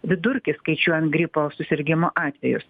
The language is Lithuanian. vidurkį skaičiuojant gripo susirgimo atvejus